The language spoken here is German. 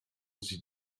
sie